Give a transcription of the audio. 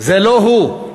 זה לא הוא.